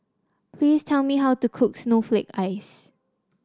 please tell me how to cook Snowflake Ice